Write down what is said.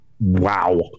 Wow